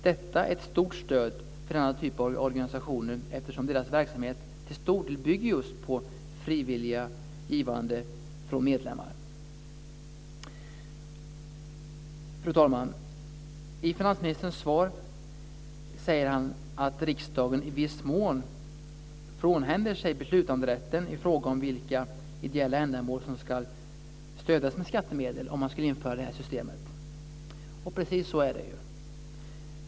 Detta är ett stort stöd för denna typ av organisationer, eftersom deras verksamhet till stor del bygger just på frivilligt givande från medlemmar. Fru talman! I finansministerns svar säger han att riksdagen i viss mån frånhänder sig beslutanderätten i fråga om vilka ideella ändamål som ska stödjas med skattemedel om man inför det här systemet. Precis så är det.